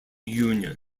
union